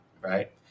right